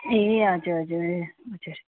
ए हजुर हजुर हजुर